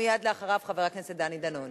ומייד לאחריו, חבר הכנסת דני דנון.